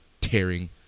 tearing